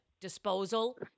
disposal